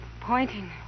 pointing